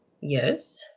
yes